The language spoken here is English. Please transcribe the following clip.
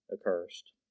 accursed